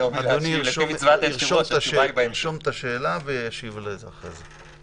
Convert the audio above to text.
תרשום את השאלה ותשיב עליה לאחר מכן.